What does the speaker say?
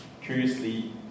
Curiously